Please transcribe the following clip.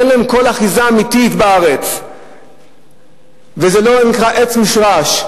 אין להם כל אחיזה אמיתית בארץ וזה לא נקרא עץ מושרש.